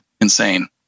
insane